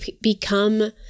become